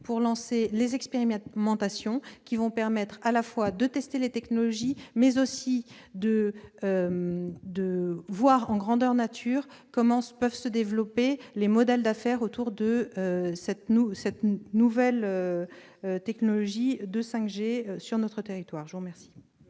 pour lancer les expérimentations qui permettront à la fois de tester les technologies, mais aussi de voir grandeur nature comment développer des modèles d'affaires autour de cette nouvelle technologie sur notre territoire. La parole